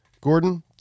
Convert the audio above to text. Gordon